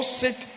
sit